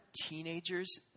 teenagers